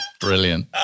brilliant